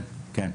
כן.